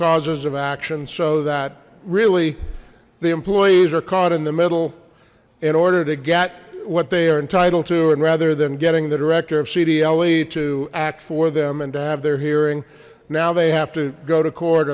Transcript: causes of action so that really the employees are caught in the middle in order to get what they are entitled to and rather than getting the director of cdl e act for them and to have their hearing now they have to go to court